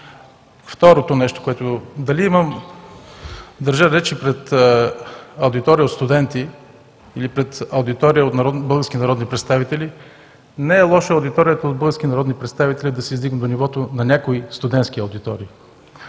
Второто нещо – дали държа речи пред аудитория от студенти, или пред аудитория от български народни представители, не е лошо аудиторията от български народни представители да се издигне до нивото на някои студентски аудитории.